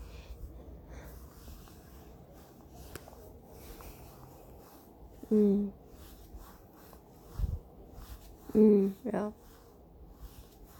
mm mm ya